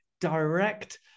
direct